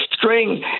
string